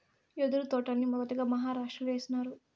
యెదురు తోటల్ని మొదటగా మహారాష్ట్రలో ఏసినారు